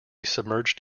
submerged